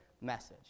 message